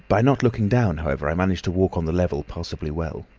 by not looking down, however, i managed to walk on the level passably well.